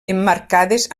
emmarcades